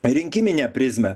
rinkiminę prizmę